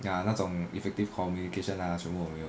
ya 那种 effective communication lah 全部有没有